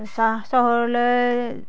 চাহ চহৰলৈ